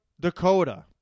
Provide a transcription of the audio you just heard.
Dakota